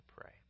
pray